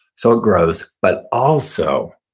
so it grows. but also,